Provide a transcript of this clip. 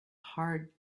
hard